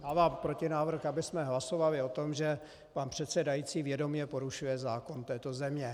Dávám protinávrh, abychom hlasovali o tom, že pan předsedající vědomě porušuje zákon této země.